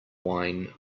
wine